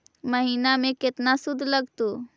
महिना में केतना शुद्ध लगतै?